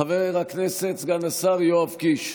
חבר הכנסת סגן השר יואב קיש,